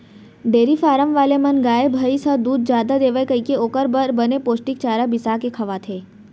dairy farm वाले मन गाय, भईंस ह दूद जादा देवय कइके ओकर बर बने पोस्टिक चारा बिसा के खवाथें